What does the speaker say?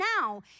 now